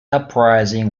uprising